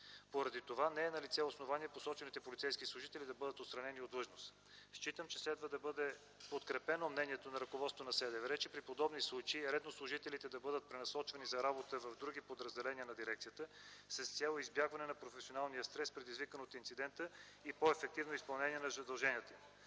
Поради това не е налице основание посочените полицейски служители да бъдат отстранени от длъжност. Считам, че следва да бъде подкрепено мнението на ръководството на СДВР, че при подобни случаи е редно служителите да бъдат пренасочвани за работа в други подразделения на дирекцията с цел избягване на професионалния стрес, предизвикан от инцидента, и по-ефективно изпълнение на задълженията им.